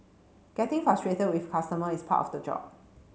getting frustrated with customer is part of the job